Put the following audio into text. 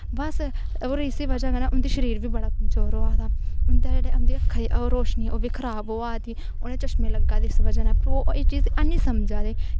बस और इसदी बज़ा कन्नै उंदे शरीर बड़ा कमजोर होआ दा उंदी जेह्ड़ी अक्का दी रोशनी ओह् बी कमजोर होआ दी उनेंगी चश्में लग्गा दे इस बज़ा नै ओह् एह् चीज़ एनी समझा दे